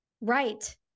right